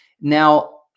Now